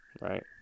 right